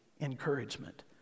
encouragement